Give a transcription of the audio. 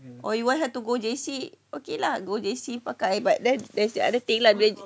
or you want her to go J_C okay lah go J_C pakai then there's the other thing lah